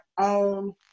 own